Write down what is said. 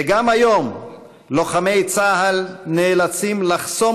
וגם היום לוחמי צה"ל נאלצים לחסום